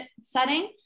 setting